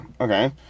okay